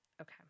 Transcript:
Okay